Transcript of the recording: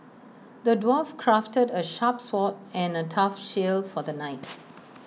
the dwarf crafted A sharp sword and A tough shield for the knight